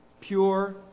Pure